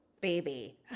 baby